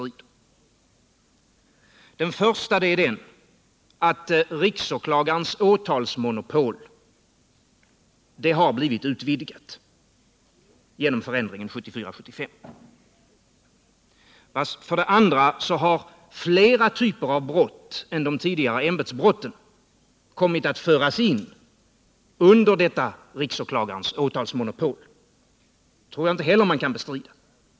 För det första har riksåklagarens åtalsmonopol blivit utvidgat genom förändringen 1974 och 1975. För det andra har flera typer av brott än de tidigare ämbetsbrotten kommit att föras in under detta riksåklagarens åtalsmonopol. Det tror jag inte heller att man kan bestrida.